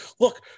look